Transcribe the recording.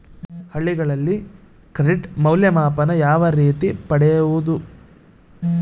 ಹಳ್ಳಿಗಳಲ್ಲಿ ಕ್ರೆಡಿಟ್ ಮೌಲ್ಯಮಾಪನ ಯಾವ ರೇತಿ ಪಡೆಯುವುದು?